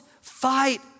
fight